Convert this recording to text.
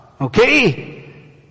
okay